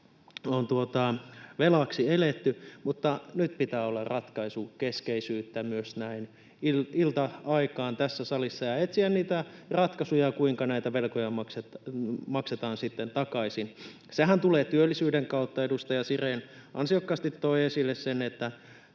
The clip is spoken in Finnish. on velaksi eletty, mutta nyt pitää olla ratkaisukeskeisyyttä myös näin ilta-aikaan tässä salissa ja etsiä niitä ratkaisuja, kuinka näitä velkoja maksetaan sitten takaisin. Sehän tulee työllisyyden kautta. Edustaja Sirén ansiokkaasti toi esille sen, että